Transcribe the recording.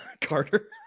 Carter